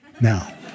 Now